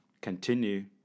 continue